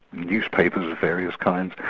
newspapers of various kinds.